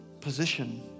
position